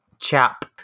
chap